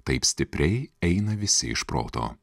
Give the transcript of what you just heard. taip stipriai eina visi iš proto